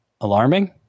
alarming